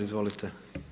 Izvolite.